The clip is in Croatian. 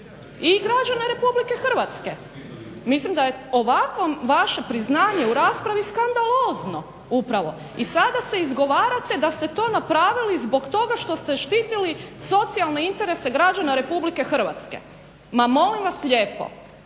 i građane Republike Hrvatske. Mislim da je ovakvo vaše priznanje u raspravi skandalozno upravo. I sada se izgovarate da ste to napravili zbog toga što ste štitili socijalne interese građana Republike Hrvatske, ma molim vas lijepo